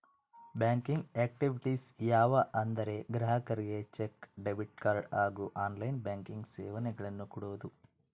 banking activities ಯಾವ ಅಂದರೆ ಗ್ರಾಹಕರಿಗೆ ಚೆಕ್, ಡೆಬಿಟ್ ಕಾರ್ಡ್ ಹಾಗೂ ಆನ್ಲೈನ್ ಬ್ಯಾಂಕಿಂಗ್ ಸೇವೆಗಳನ್ನು ಕೊಡೋದು